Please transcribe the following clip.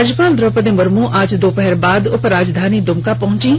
राज्यपाल द्रौपदी मुर्म आज दोपहर बाद उपराजधानी दुमका पहचीं